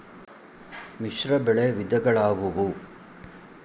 ಮಿಶ್ರಬೆಳೆ ವಿಧಗಳಾವುವು?